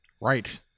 Right